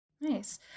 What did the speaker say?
Nice